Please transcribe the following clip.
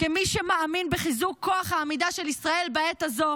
כמי שמאמין בחיזוק כוח העמידה של ישראל בעת הזו,